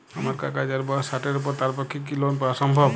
আমার কাকা যাঁর বয়স ষাটের উপর তাঁর পক্ষে কি লোন পাওয়া সম্ভব?